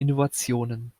innovationen